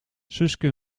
suske